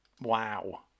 wow